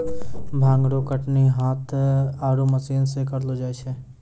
भांग रो कटनी हाथ आरु मशीन से करलो जाय छै